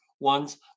ones